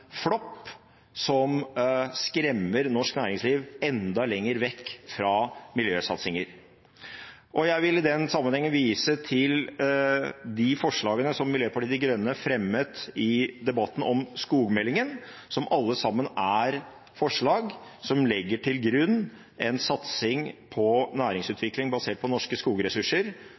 flopp som skremmer norsk næringsliv enda lenger vekk fra miljøsatsinger. Jeg vil i den sammenheng vise til de forslagene som Miljøpartiet De Grønne fremmet i debatten om skogmeldingen, som alle er forslag som legger til grunn en satsing på næringsutvikling basert på norske skogressurser